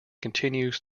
continues